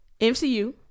mcu